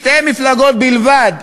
שתי מפלגות בלבד,